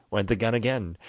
went the gun again,